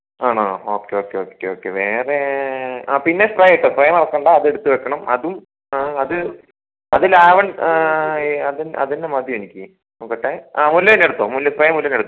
ആണോ okay okay okay okay okay വേറേ അതെ പിന്നെ സ്പ്രേ കെട്ടോ സ്പ്രേ മറക്കേണ്ട അത് എടുത്ത് വെക്കണം അതും അത് അത് ലാവെൻഡർ അത് തന്നെ മതി എനിക്ക് നോക്കട്ടെ അതെ മുല്ല തന്നെ എടുത്തൊ മുല്ല സ്പ്രേ മുല്ല തന്നെ എടുത്തൊ